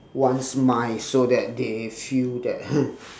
one's mind so that they feel that